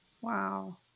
Wow